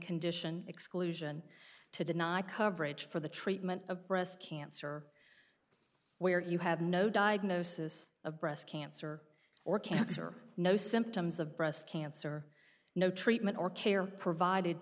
condition exclusion to deny coverage for the treatment of breast cancer where you have no diagnosis of breast cancer or cancer no symptoms of breast cancer no treatment or care provided